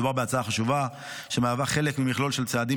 מדובר בהצעת חשובה שהיא חלק ממכלול של צעדים